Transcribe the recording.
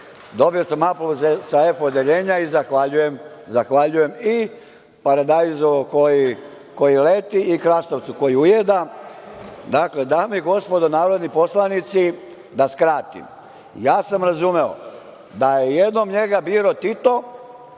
dobio sam aplauz sa F-odeljenja i zahvaljujem i paradajzu koji leti i krastavcu koji ujeda. Dame i gospodo narodni poslanici, da skratim, ja sam razumeo da je jednom njega birao Tito,